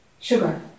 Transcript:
sugar